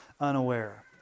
unaware